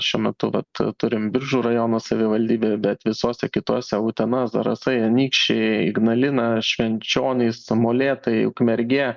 šiuo metu vat turim biržų rajono savivaldybė bet visose kitose utena zarasai anykščiai ignalina švenčionys molėtai ukmergė